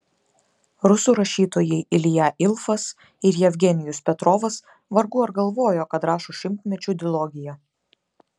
rusų rašytojai ilja ilfas ir jevgenijus petrovas vargu ar galvojo kad rašo šimtmečių dilogiją